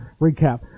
recap